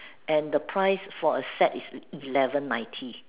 and the price for a set is eleven ninety